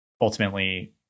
ultimately